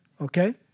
Okay